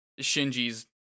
Shinji's